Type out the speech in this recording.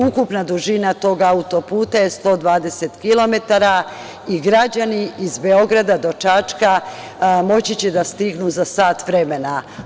Ukupna dužina tog autoputa je 120 kilometara i građani iz Beograda do Čačka moći će da stignu za sat vremena.